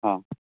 ᱦᱮᱸ